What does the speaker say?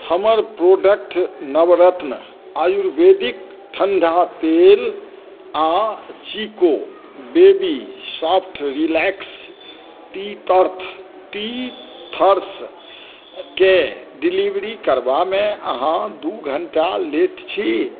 हमर प्रोडक्ट नवरत्न आयुर्वेदिक ठण्डा तेल आ Chicco baby soft relax teether टीथर्सके डिलीवरी करबामे अहाँ दू घण्टा लेट छी